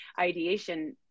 ideation